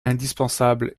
indispensable